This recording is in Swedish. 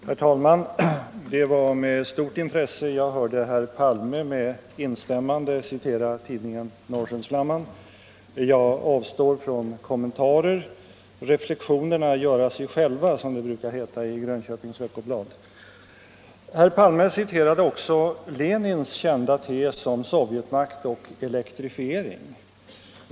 Herr talman! Det var med stort intresse jag hörde herr Palme med instämmande citera tidningen Norrskensflamman. Jag avstår från kommentarer. Reflexionerna göra sig själva, som det brukar heta i Grönköpings Veckoblad. Herr Palme citerade också Lenins kända tes om sovjetmakt och elektrifiering.